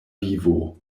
vivo